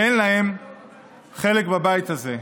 ואין לו חלק בבית הזה.